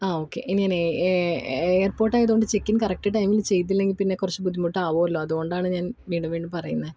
ആ ഓക്കെ ഇനി ഞാന് എയർപോർട്ടായതു കൊണ്ട് ചെക്കിൻ കറക്ട് ടൈമിൽ ചെയ്തില്ലെങ്കിൽ പിന്നെ കുറച്ച് ബുദ്ധിമുട്ടാവുമല്ലൊ അതുകൊണ്ടാണ് ഞാന് വീണ്ടും വീണ്ടും പറയുന്നത്